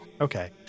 Okay